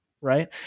right